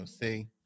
see